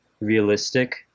realistic